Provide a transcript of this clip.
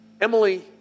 Emily